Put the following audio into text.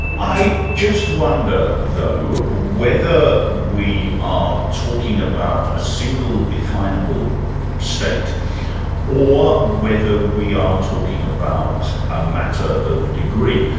i just wonder though, whether we are talking about a single definable state or whether we are talking about a matter of degree.